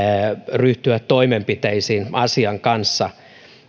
ryhtyä toimenpiteisiin asian kanssa